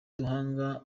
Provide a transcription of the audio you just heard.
duhanga